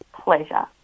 Pleasure